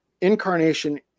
incarnation